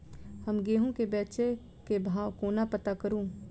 हम गेंहूँ केँ बेचै केँ भाव कोना पत्ता करू?